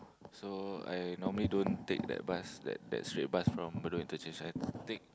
so I normally don't take that bus that that straight bus from Bedok interchange I take